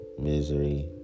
misery